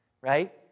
right